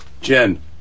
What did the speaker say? Jen